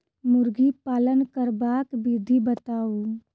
मुर्गी पालन करबाक विधि बताऊ?